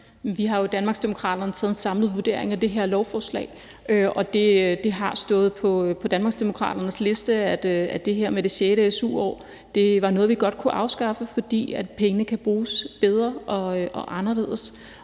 Vi har jo i Danmarksdemokraterne foretaget en samlet vurdering af det her lovforslag, og det har stået på Danmarksdemokraternes liste, at det sjette su-år var noget, vi godt kunne afskaffe, fordi pengene kan bruges bedre, anderledes